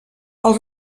els